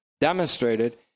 demonstrated